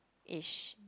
ish